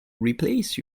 replace